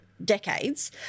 decades